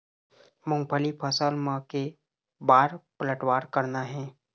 मूंगफली फसल म के बार पलटवार करना हे?